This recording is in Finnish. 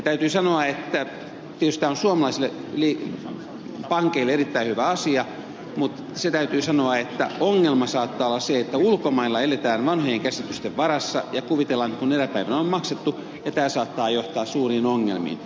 täytyy sanoa että tietysti tämä on suomalaisille pankeille erittäin hyvä asia mutta se täytyy sanoa että ongelma saattaa olla se että ulkomailla eletään vanhojen käsitysten varassa ja kuvitellaan että eräpäivänä on maksettu ja tämä saattaa johtaa suuriin ongelmiin